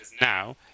now